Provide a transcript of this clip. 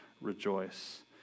rejoice